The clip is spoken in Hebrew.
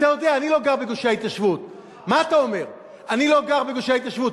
אתה יודע, אני לא גר בגושי ההתיישבות.